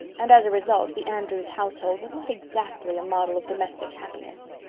and as a result the andrews household was not exactly a model of domestic happiness.